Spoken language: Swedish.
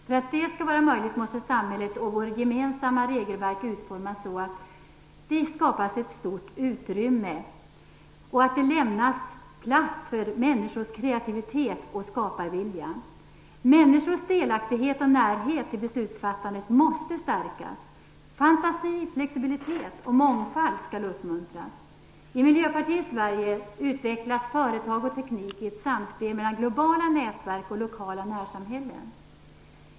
För att det skall vara möjligt, måste samhället och vårt gemensamma regelverk utformas så att det skapas ett stort utrymme och att det lämnas plats för människors kreativitet och skaparvilja. Människors delaktighet och närhet i beslutsfattandet måste stärkas. Fantasi, flexibilitet och mångfald skall uppmuntras. I Miljöpartiets Sverige utvecklas företag och teknik i samspel mellan globala nätverk och lokala närsamhällen.